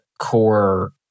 core